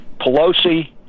Pelosi